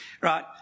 Right